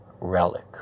relic